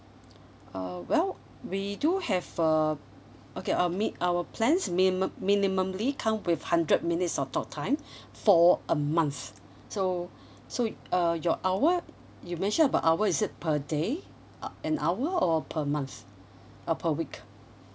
uh well we do have um okay um mi~ our plans minimum minimumly come with hundred minutes of talk time for a month so so uh your hour you mention about hour is it per day uh an hour or per month uh per week